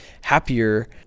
Happier